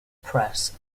press